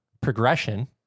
progression